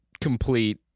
complete